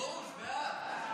קבוצת סיעת יהדות התורה